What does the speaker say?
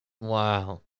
Wow